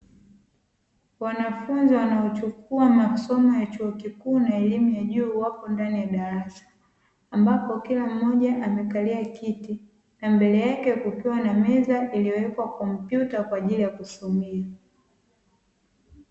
Wanafunzi wanaochukua masomo ya chuo kikuu na elimu ya juu wako ndani ya darasa, ambapo kila mmoja amekalia kiti na mbele yake kukiwa na meza iliyowekwa kompyuta kwa ajili ya kusomea.